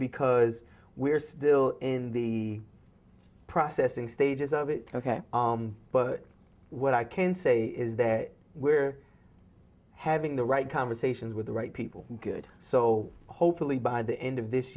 because we're still in the processing stages of it ok but what i can say is that we're having the right conversations with the right people good so hopefully by the end of this